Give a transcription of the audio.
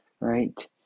Right